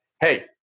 hey